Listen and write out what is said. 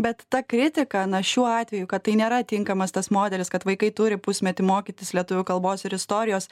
bet ta kritika na šiuo atveju kad tai nėra tinkamas tas modelis kad vaikai turi pusmetį mokytis lietuvių kalbos ir istorijos